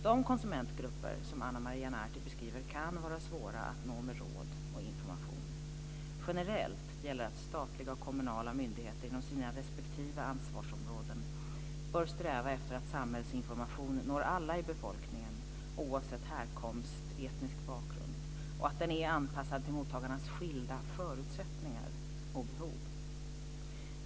De konsumentgrupper som Ana Maria Narti beskriver kan vara svåra att nå med råd och information. Generellt gäller att statliga och kommunala myndigheter inom sina respektive ansvarsområden bör sträva efter att samhällsinformation når alla i befolkningen oavsett härkomst och etnisk bakgrund och att den är anpassad till mottagarnas skilda förutsättningar och behov.